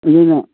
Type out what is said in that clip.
ꯑꯗꯨꯅ